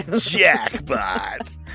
Jackpot